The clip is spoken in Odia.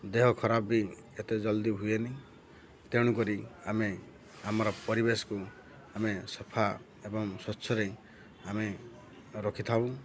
ଦେହ ଖରାପ ବି ଏତେ ଜଲ୍ଦି ହୁଏନି ତେଣୁକରି ଆମେ ଆମର ପରିବେଶକୁ ଆମେ ସଫା ଏବଂ ସ୍ୱଚ୍ଛରେ ଆମେ ରଖିଥାଉ